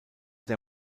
der